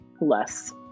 less